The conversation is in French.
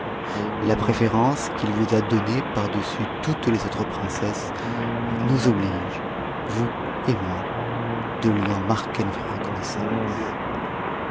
la préférence qu'il vous a donnée par-dessus toutes les autres princesses nous oblige vous et moi de lui en marquer notre reconnaissance